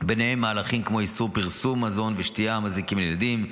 ובהם מהלכים כמו איסור פרסום מזון ומשקה מזיקים לילדים,